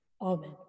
Amen